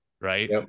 Right